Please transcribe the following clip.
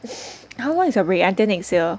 how long is your break until next year